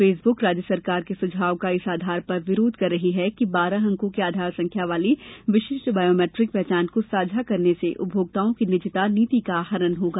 Facebook राज्य सरकार के सुझाव का इस आधार पर विरोध कर रही है कि बारह अंकों की आधार संख्या वाली विशिष्ट बॉयोमेट्रिक पहचान को साझा करने से उपभोक्ताओं की निजता नीति का हनन होगा